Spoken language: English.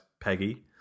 Peggy